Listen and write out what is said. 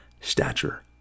stature